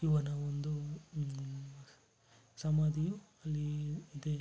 ಇವನ ಒಂದು ಸಮಾಧಿಯು ಅಲ್ಲಿ ಇದೆ